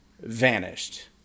vanished